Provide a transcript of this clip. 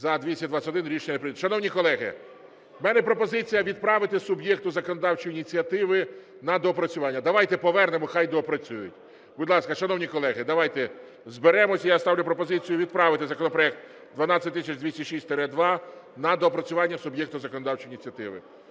За-221 Рішення не прийнято. Шановні колеги, в мене пропозиція відправити суб'єкту законодавчої ініціативи на доопрацювання. Давайте повернемо, хай доопрацюють. Будь ласка, шановні колеги, давайте зберемося. І я ставлю пропозицію відправити законопроект 12206-2 на доопрацювання суб'єкту законодавчої ініціативи.